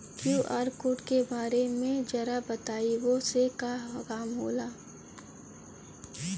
QR code के बारे में जरा बताई वो से का काम होला?